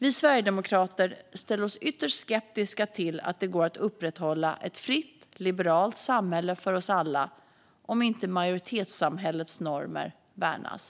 Vi sverigedemokrater ställer oss ytterst skeptiska till att det går att upprätthålla ett fritt, liberalt samhälle för oss alla om inte majoritetssamhällets normer värnas.